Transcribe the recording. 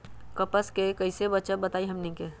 कपस से कईसे बचब बताई हमनी के?